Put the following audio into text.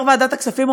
יו"ר ועדת הכספים,